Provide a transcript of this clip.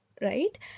Right